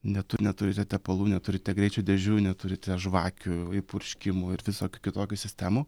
netu neturite tepalų neturite greičių dėžių neturite žvakių įpurškimų ir visokių kitokių sistemų